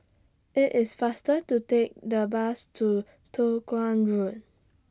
IT IS faster to Take The Bus to Toh Guan Road